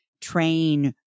train